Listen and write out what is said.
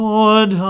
Lord